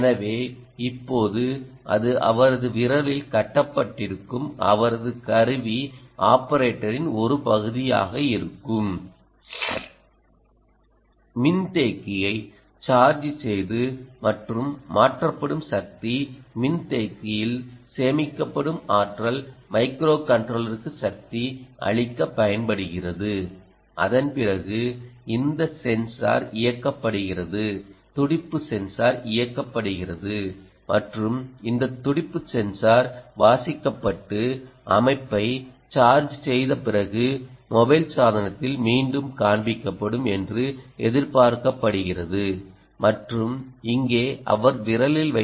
எனவே இப்போது அது அவரது விரலில் கட்டப்பட்டிருக்கும் அவரது கருவி ஆபரேட்டரின் ஒரு பகுதியாக இருக்கும் மின்தேக்கியை சார்ஜ் செய்து மற்றும் மாற்றப்படும் சக்தி மின்தேக்கியில் சேமிக்கப்படும் ஆற்றல் மைக்ரோகண்ட்ரோலருக்கு சக்தி அளிக்கப் பயன்படுகிறது அதன் பிறகு இந்த சென்சார் இயக்கப்படுகிறது துடிப்பு சென்சார் இயக்கப்படுகிறது மற்றும் இந்த துடிப்பு சென்சார் வாசிக்கப்பட்டு அமைப்பை சார்ஜ் செய்த பிறகு மொபைல் சாதனத்தில் மீண்டும் காண்பிக்கப்படும் என்று எதிர்பார்க்கப்படுகிறது மற்றும் இங்கே அவர் விரலில்